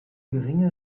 geringe